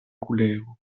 kulero